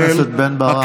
חבר הכנסת בן ברק.